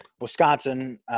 Wisconsin